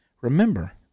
Remember